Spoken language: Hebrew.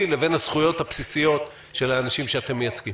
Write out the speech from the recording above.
לבין הזכויות הבסיסיות של האנשים שאתם מייצגים?